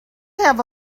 have